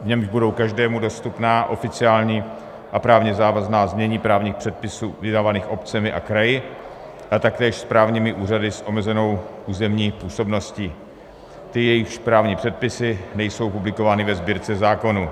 v němž budou každému dostupná oficiální a právně závazná znění právních předpisů vydávaných obcemi a kraji a taktéž správními úřady s omezenou územní působností, jejichž právní předpisy nejsou publikovány ve Sbírce zákonů.